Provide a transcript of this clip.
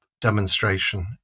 demonstration